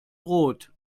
brot